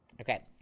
Okay